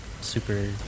super